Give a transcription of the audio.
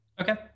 Okay